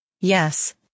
Yes